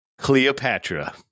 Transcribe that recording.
Cleopatra